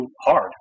hard